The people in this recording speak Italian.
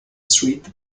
suite